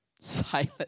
Silent